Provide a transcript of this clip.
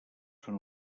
són